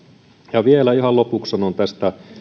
ja uudelleenkoulutusta vielä ihan lopuksi sanon tästä